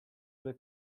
due